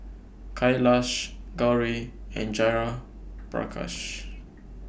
Kailash Gauri and Jayaprakash